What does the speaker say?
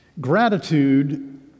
Gratitude